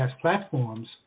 platforms